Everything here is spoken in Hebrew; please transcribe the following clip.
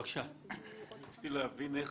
איך